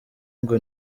ngo